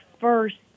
first